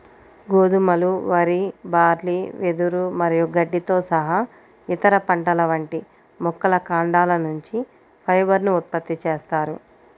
గోధుమలు, వరి, బార్లీ, వెదురు మరియు గడ్డితో సహా ఇతర పంటల వంటి మొక్కల కాండాల నుంచి ఫైబర్ ను ఉత్పత్తి చేస్తారు